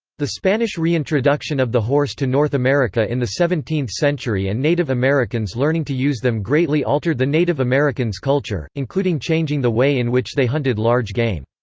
the spanish reintroduction of the horse to north america in the seventeenth century and native americans' learning to use them greatly altered the native americans' culture, including changing the way in which they hunted large game.